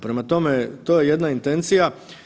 Prema tome, to je jedna intencija.